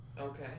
okay